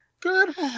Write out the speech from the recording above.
Good